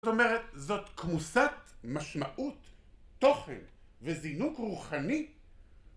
זאת אומרת, זאת כמוסת משמעות, תוכן וזינוק רוחני